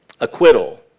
acquittal